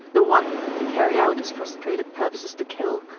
the one to carry out his frustrated purposes to kill,